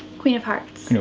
queen of hearts.